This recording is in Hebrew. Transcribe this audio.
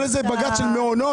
על איזה בג"ץ של מעונות?